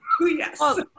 Yes